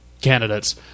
candidates